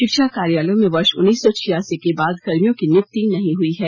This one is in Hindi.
शिक्षा कार्यालयों में वर्ष उन्नीस सौ छियासी के बाद कर्मियों की नियुक्ति नहीं हुई है